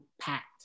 packed